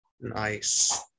Nice